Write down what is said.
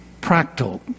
practical